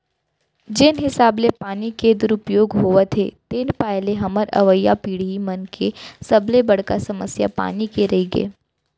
जेन हिसाब ले पानी के दुरउपयोग होवत हे तेन पाय ले हमर अवईया पीड़ही मन के सबले बड़का समस्या पानी के रइही